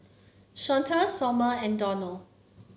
Shawnte Sommer and Donald